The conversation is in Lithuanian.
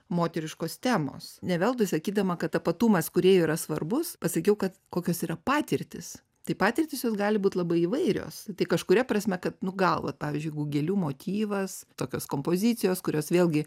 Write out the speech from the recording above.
moteriškos temos ne veltui sakydama kad tapatumas kūrėjų yra svarbus pasakiau kad kokios yra patirtys tai patirtys jos gali būt labai įvairios tai kažkuria prasme kad nu gal vat pavyzdžiui jeigu gėlių motyvas tokios kompozicijos kurios vėlgi